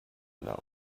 know